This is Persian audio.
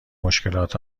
مشکلات